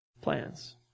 plans